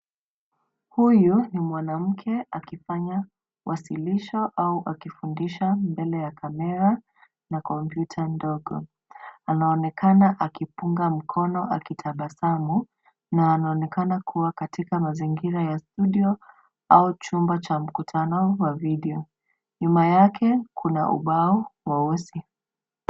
Huyu ni mwanamke akifanya wasilisho au akifundisha mbele ya kamera na kompyuta ndogo. Anaonekana akipunga mkono akitabasamu, na anaonekana kuwa katika mazingira ya studio au chumba cha mkutano wa video. Nyuma yake kuna ubao mweusi.